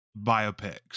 biopics